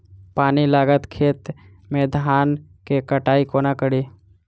पानि लागल खेत मे धान केँ कटाई कोना कड़ी?